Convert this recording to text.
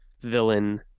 villain